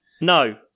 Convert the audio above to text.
No